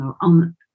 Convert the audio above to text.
on